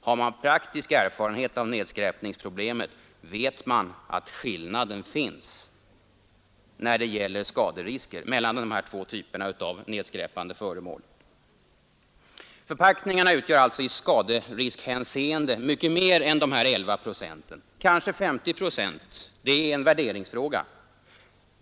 Har man praktisk erfarenhet av nedskräpningsproblemet, vet man vilken skillnad det finns mellan de här två typerna av nedskräpande föremål när det gäller skaderisker. Förpackningarna utgör alltså i skaderiskhänseende mycket mer än de angivna 11 procenten, kanske 50 procent. Det är en värderingsfråga.